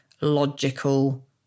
logical